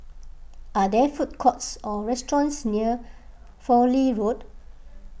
are there food courts or restaurants near Fowlie Road